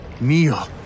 Mia